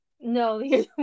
No